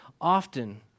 often